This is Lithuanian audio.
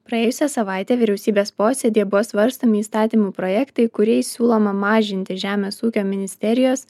praėjusią savaitę vyriausybės posėdyje buvo svarstomi įstatymų projektai kuriais siūloma mažinti žemės ūkio ministerijos